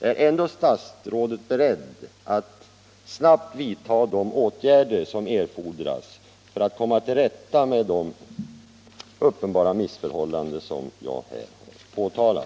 ändå är beredd att snabbt vidta de åtgärder som erfordras för att komma till rätta med de uppenbara missförhållanden som jag här påtalat.